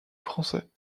français